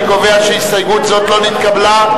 אני קובע שהסתייגות זאת לא נתקבלה,